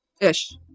Ish